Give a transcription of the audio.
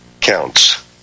counts